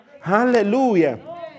Hallelujah